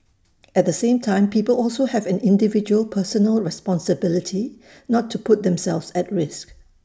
at the same time people also have an individual personal responsibility not to put themselves at risk